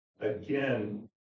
again